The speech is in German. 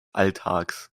alltags